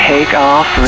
Takeoff